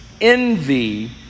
envy